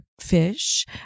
fish